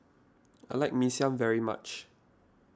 I like Mee Siam very much